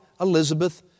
Elizabeth